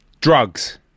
drugs